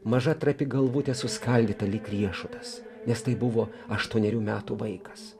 maža trapi galvutė suskaldyta lyg riešutas nes tai buvo aštuonerių metų vaikas